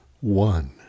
one